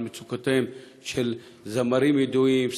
על מצוקותיהם של זמרים ידועים,